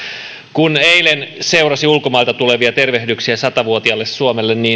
kun eilen seurasi ulkomailta tulevia tervehdyksiä sata vuotiaalle suomelle